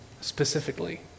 specifically